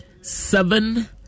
seven